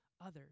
others